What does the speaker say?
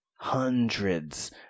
Hundreds